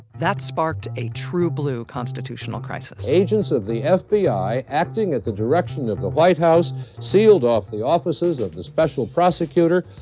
that sparked a true-blue constitutional crisis agents of the ah fbi acting at the direction of the white house sealed off the offices of the special prosecutor,